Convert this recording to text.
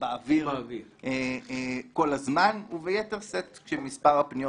באוויר כל הזמן וביתר שאת כשמספר הפניות